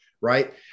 Right